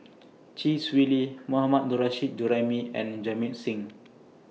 Chee Swee Lee Mohammad Nurrasyid Juraimi and Jamit Singh